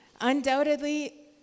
Undoubtedly